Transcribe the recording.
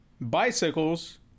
bicycles